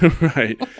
Right